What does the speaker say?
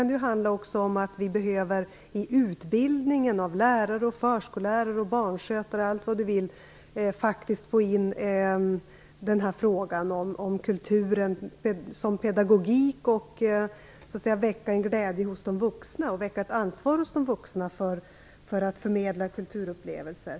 Det kan också vara så att vi i utbildningen av lärare, förskolelärare, barnskötare m.m. faktiskt behöver få in frågan om kultur som pedagogik. Det gäller att väcka en glädje och ett ansvar hos de vuxna för att förmedla kulturupplevelser.